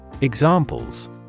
Examples